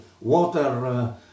water